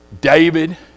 David